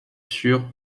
sur